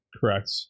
correct